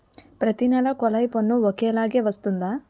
ప్రతి నెల కొల్లాయి పన్ను ఒకలాగే వస్తుందా?